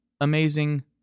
amazing